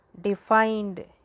defined